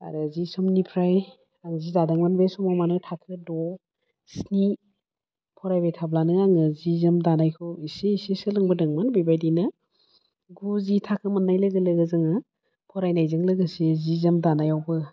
आरो जि समनिफ्राय आं जि दादोंमोन बे समाव माने थाखो द' स्नि फरायबाय थाब्लानो आङो जि जोम दानायखौ एसे एसे सोलोंबोदोंमोन बेबायदिनो गु जि थाखो मोननाय लोगो लोगो जोङो फरायनायजों लोगोसे जि जोम दानायावबो